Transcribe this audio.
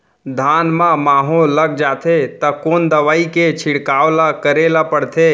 धान म माहो लग जाथे त कोन दवई के छिड़काव ल करे ल पड़थे?